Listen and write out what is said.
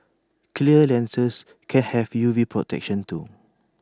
clear lenses can have U V protection too